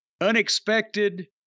Unexpected